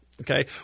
Okay